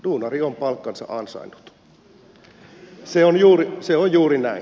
duunari on palkkansa ansainnut se on juuri näin